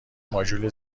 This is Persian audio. ماژول